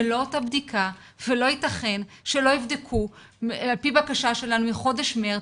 זה לא אותה בדיקה ולא יתכן שלא יבדקו על פי בקשה שלנו מחודש מרץ,